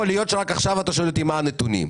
להיות שרק עכשיו אתה שואל אותי מה הנתונים.